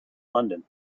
london